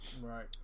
Right